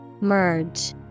Merge